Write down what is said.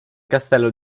castello